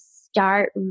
start